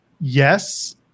Yes